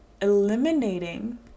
eliminating